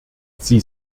sie